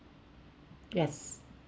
yes